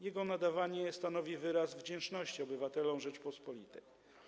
Jego nadawanie stanowi wyraz wdzięczności obywatelom Rzeczypospolitej.